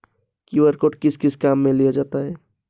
QR code किस किस काम में लिया जाता है?